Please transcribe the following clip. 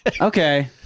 Okay